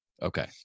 okay